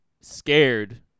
scared